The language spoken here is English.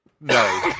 no